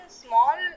small